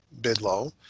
Bidlow